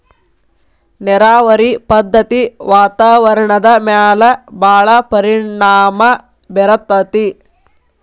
ನೇರಾವರಿ ಪದ್ದತಿ ವಾತಾವರಣದ ಮ್ಯಾಲ ಭಾಳ ಪರಿಣಾಮಾ ಬೇರತತಿ